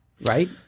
right